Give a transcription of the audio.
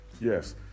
Yes